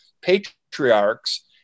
patriarchs